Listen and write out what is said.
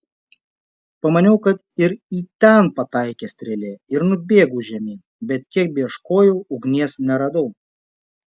pamaniau kad ir į ten pataikė strėlė ir nubėgau žemyn bet kiek beieškojau ugnies neradau